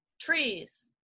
trees